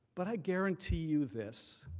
but i guarantee you this.